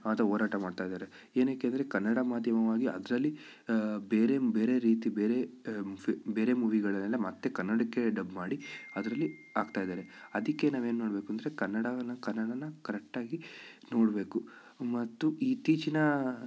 ಅದು ಹೋರಾಟ ಮಾಡ್ತಾಯಿದ್ದಾರೆ ಏತಕೆ ಅಂದರೆ ಕನ್ನಡ ಮಾಧ್ಯಮವಾಗಿ ಅದರಲ್ಲಿ ಬೇರೆ ಬೇರೆ ರೀತಿ ಬೇರೆ ಫೀ ಬೇರೆ ಮೂವಿಗಳಲ್ಲೆಲ್ಲ ಮತ್ತೆ ಕನ್ನಡಕ್ಕೆ ಡಬ್ ಮಾಡಿ ಅದರಲ್ಲಿ ಹಾಕ್ತಾಯಿದ್ದಾರೆ ಅದಕ್ಕೆ ನಾವು ಏನು ಮಾಡಬೇಕು ಅಂದರೆ ಕನ್ನಡವನ್ನು ಕನ್ನಡನ ಕರೆಕ್ಟಾಗಿ ನೋಡಬೇಕು ಮತ್ತು ಇತ್ತೀಚಿನ